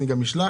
אני גם אשלח,